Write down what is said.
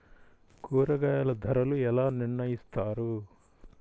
కూరగాయల ధరలు ఎలా నిర్ణయిస్తారు?